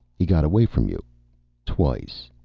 he got away from you twice.